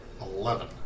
Eleven